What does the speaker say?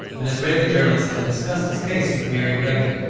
an israeli journalist had discussed his case with miri regev,